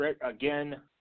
again